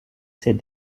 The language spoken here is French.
ses